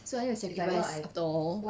so I need to sacrifice after all